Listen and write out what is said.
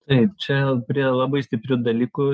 taip čia prie labai stiprių dalykų